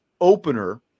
opener